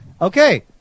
Okay